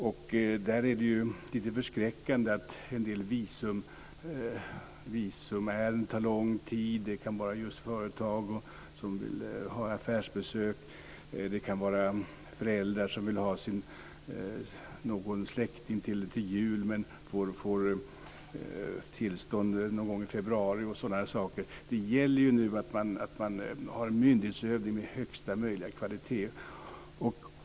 Det är lite förskräckande att en del visumärenden tar lång tid. Det kan gälla företag som vill ha affärsbesök, föräldrar som vill ha besök från någon släkting till jul men får tillstånd någon gång i februari osv. Det gäller att man har en myndighetsutövning av högsta möjliga kvalitet.